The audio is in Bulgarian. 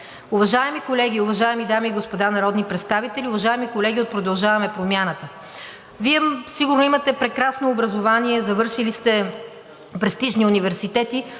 Уважаеми колеги, уважаеми дами и господа народни представители, уважаеми колеги от „Продължаваме Промяната“! Вие сигурно имате прекрасно образование, завършили сте престижни университети,